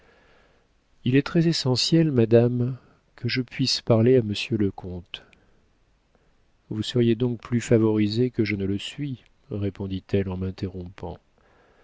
il est très essentiel madame que je puisse parler à monsieur le comte vous seriez donc plus favorisé que je ne le suis répondit-elle en m'interrompant